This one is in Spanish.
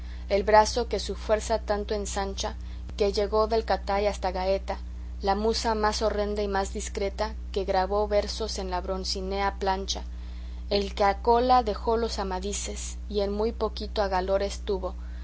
el brazo que su fuerza tanto ensancha que llegó del catay hasta gaeta la musa más horrenda y más discreta que grabó versos en la broncínea plancha el que a cola dejó los amadises y en muy poquito a galaores tuvo